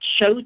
show